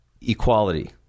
equality